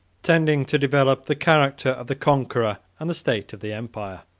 tending to develop the character of the conqueror and the state of the empire.